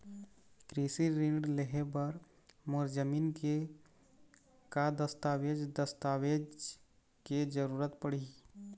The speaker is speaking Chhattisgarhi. कृषि ऋण लेहे बर मोर जमीन के का दस्तावेज दस्तावेज के जरूरत पड़ही?